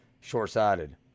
short-sighted